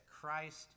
Christ